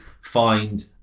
find